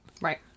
Right